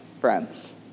friends